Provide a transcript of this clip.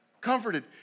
comforted